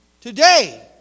Today